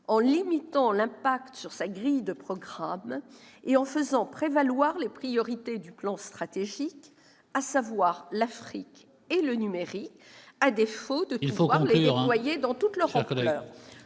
en limitant l'impact sur sa grille de programmes et en faisant prévaloir les priorités du plan stratégique, à savoir l'Afrique et le numérique, à défaut de pouvoir les déployer dans toute leur ampleur.